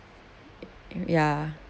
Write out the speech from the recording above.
ya